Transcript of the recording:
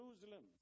Jerusalem